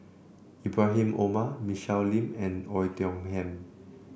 Ibrahim Omar Michelle Lim and Oei Tiong Ham